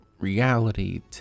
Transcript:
reality